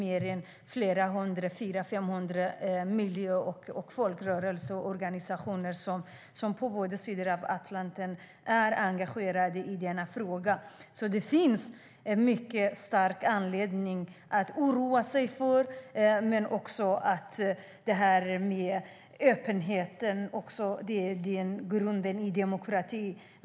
Det är 400-500 miljö och folkrörelseorganisationer som på båda sidor av Atlanten är engagerade i denna fråga. Det finns alltså mycket stark anledning att oroa sig. Det gäller även det här med öppenheten, som är grunden i en demokrati.